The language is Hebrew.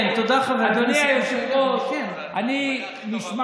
הוא לא הגיע, הוא לא הגיע